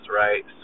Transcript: right